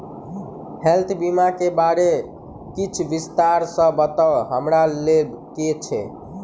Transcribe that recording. Health बीमा केँ बारे किछ विस्तार सऽ बताउ हमरा लेबऽ केँ छयः?